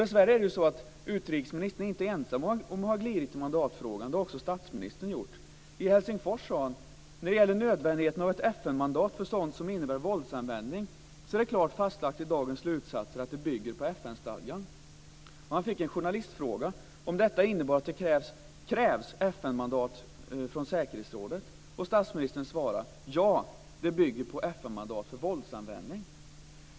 Dessvärre är det så att utrikesministern inte är ensam om att ha glidit i mandatfrågan. Det har också statsministern gjort. I Helsingfors sade han: När det gäller nödvändigheten av ett FN-mandat för sådant som innebär våldsanvändning är det klart fastlagt i dagens slutsatser att det bygger på FN-stadgan. Han fick en journalistfråga om detta innebar att det krävs mandat från FN:s säkerhetsråd. Statsministern svarade: Ja, det bygger på FN-mandat för våldsanvändning.